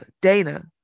Dana